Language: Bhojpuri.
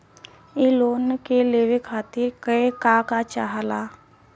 इ लोन के लेवे खातीर के का का चाहा ला?